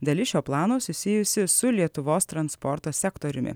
dalis šio plano susijusi su lietuvos transporto sektoriumi